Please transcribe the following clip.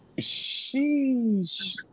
Sheesh